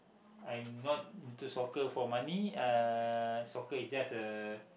I'm not into soccer for money uh soccer is just a